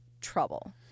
trouble